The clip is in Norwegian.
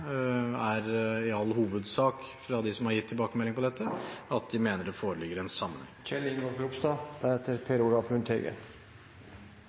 er i all hovedsak, fra dem som har gitt tilbakemelding om dette, at de mener det foreligger en sammenheng.